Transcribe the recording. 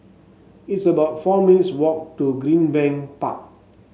it's about four minutes' walk to Greenbank Park